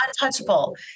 untouchable